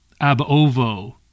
ab-ovo